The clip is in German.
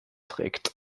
trägt